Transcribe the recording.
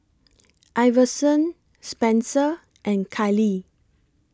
Iverson Spenser and Kailee